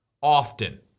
often